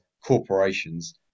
corporations